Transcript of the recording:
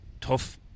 tough